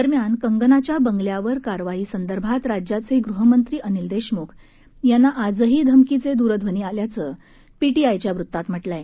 दरम्यान कंगनाच्या बंगल्यावर कारवाईसंदर्भात राज्याचे गृहमंत्री अनिल देशमुख यांना आजही धमकीचे दूरध्वनी आल्याचं पीटीआयच्या वृत्तात म्हटलं आहे